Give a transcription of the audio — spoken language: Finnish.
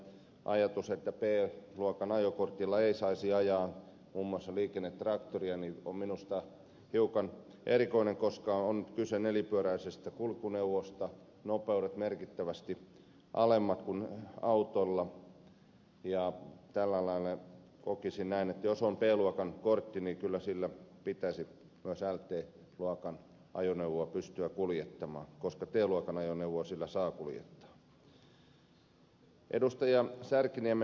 ajatus että b luokan ajokortilla ei saisi ajaa muun muassa liikennetraktoria on minusta hiukan erikoinen koska on kyse nelipyöräisestä kulkuneuvosta nopeudet ovat merkittävästi alemmat kuin autolla ja tällä lailla kokisin näin että jos on b luokan kortti niin kyllä sillä pitäisi myös lt luokan ajoneuvoa pystyä kuljettamaan koska t luokan ajoneuvoa sillä saa kuljettaa